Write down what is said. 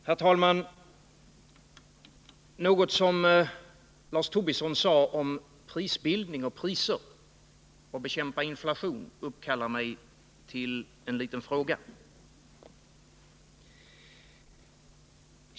Herr talman! Någonting som Lars Tobisson sade om prisbildning och priser och om att bekämpa inflationen uppkallade mig till en liten fråga.